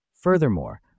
Furthermore